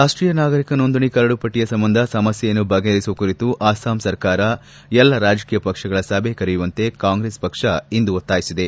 ರಾಷ್ಷೀಯ ನಾಗರಿಕ ನೊಂದಣಿ ಕರಡುಪಟ್ಟಯ ಸಂಬಂಧ ಸಮಸ್ತೆಯನ್ನು ಬಗೆಹರಿಸುವ ಕುರಿತು ಅಸ್ಲಾಂ ಸರ್ಕಾರ ಎಲ್ಲಾ ರಾಜಕೀಯ ಪಕ್ಷಗಳ ಸಭೆ ಕರೆಯುವಂತೆ ಕಾಂಗ್ರೆಸ್ ಪಕ್ಷ ಇಂದು ಒತ್ತಾಯಿಸಿದೆ